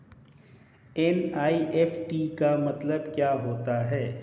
NEFT का मतलब क्या होता है?